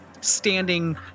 standing